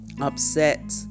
upset